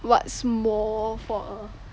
what's more for a